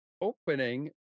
opening